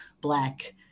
black